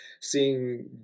seeing